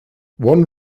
one